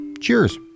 cheers